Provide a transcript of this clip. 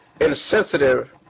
insensitive